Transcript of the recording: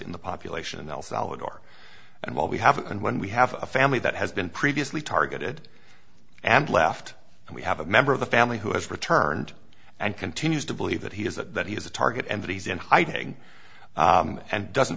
in the population in el salvador and while we have and when we have a family that has been previously targeted and left and we have a member of the family who has returned and continues to believe that he is that he was a target and that he's in hiding and doesn't